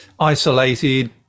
isolated